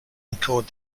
encode